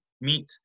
Meet